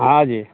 हँ जी